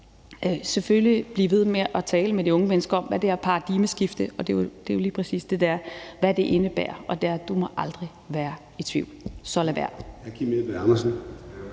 selvfølgelig blive ved med at tale med de unge mennesker om, hvad det her paradigmeskifte – og det er jo lige præcis det, det er – indebærer. Og det er: Du må aldrig være i tvivl, så lad være.